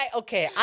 okay